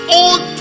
old